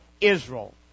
Israel